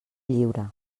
lliure